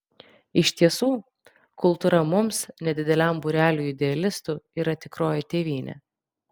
iš tiesų kultūra mums nedideliam būreliui idealistų yra tikroji tėvynė